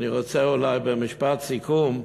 אני רוצה אולי במשפט סיכום,